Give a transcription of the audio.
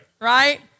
Right